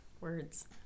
Words